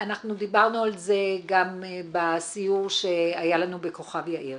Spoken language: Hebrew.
דיברנו על זה גם בסיור שהיה לנו בכוכב יאיר.